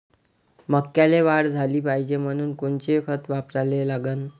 मक्याले वाढ झाली पाहिजे म्हनून कोनचे खतं वापराले लागन?